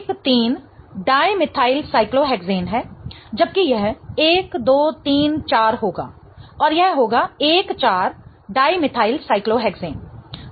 इसलिए यह 13 dimethylcyclohexane 13 Dimethylcyclohexane है जबकि यह 1 2 3 4 होगा और यह होगा 14 डायमेथाइलसाइक्लोक्सेन 14 Dimethylcyclohexane